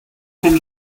from